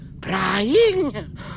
Prying